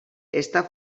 està